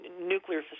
nuclear